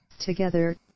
Together